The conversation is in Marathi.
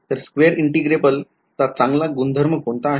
तर square integrable चा चांगला गुणधर्म कोणता आहे